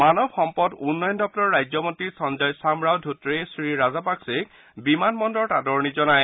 মানৱ সম্পদ উন্নয়ন দগুৰৰ ৰাজ্য মন্ত্ৰী সঞ্জয় চামৰাও ধোট্টেই শ্ৰী ৰাজাপাকচাক বিমান বন্দৰত আদৰণি জনায়